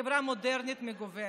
החברה המודרנית מגוונת.